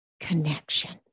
connection